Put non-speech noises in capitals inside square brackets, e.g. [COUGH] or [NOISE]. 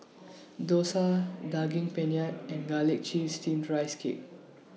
[NOISE] Dosa Daging Penyet and Garlic Chives Steamed Rice Cake